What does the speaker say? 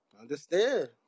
understand